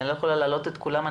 אני לא יכולה להעלות את כולם.